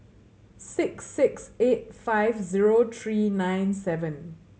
six six eight five zero three nine seven